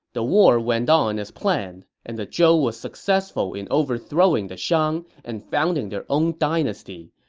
the war went on as planned, and the zhou was successful in overthrowing the shang and founding their own dynasty,